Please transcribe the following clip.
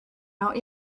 out